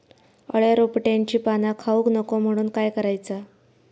अळ्या रोपट्यांची पाना खाऊक नको म्हणून काय करायचा?